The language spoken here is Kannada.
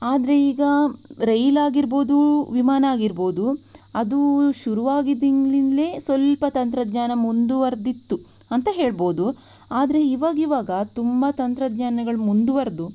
ಆದರೆ ಈಗ ರೈಲಾಗಿರಬಹುದು ವಿಮಾನ ಆಗಿರಬಹುದು ಅದು ಶುರುವಾಗಿದಿದಿಂದ್ಲೇ ಸ್ವಲ್ಪ ತಂತ್ರಜ್ಞಾನ ಮುಂದುವರ್ದಿತ್ತು ಅಂತ ಹೇಳಬಹುದು ಆದರೆ ಈವಾಗಿವಾಗ ತುಂಬ ತಂತ್ರಜ್ಞಾನಗಳು ಮುಂದುವರೆದು